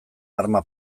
arma